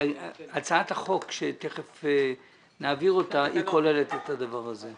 הצעת החוק שתכף נעביר אותה כוללת את הדבר הזה.